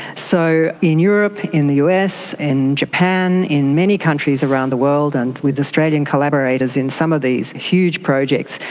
so in europe, in the us, in japan, in many countries around the world, and with australian collaborators in some of these huge projects,